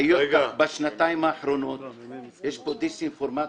בשנתיים האחרונות יש פה דיסאינפורמציה.